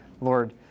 Lord